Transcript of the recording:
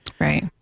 Right